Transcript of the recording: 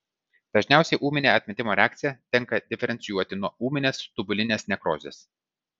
dažniausiai ūminę atmetimo reakciją tenka diferencijuoti nuo ūminės tubulinės nekrozės